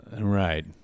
Right